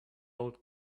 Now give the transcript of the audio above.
old